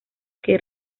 que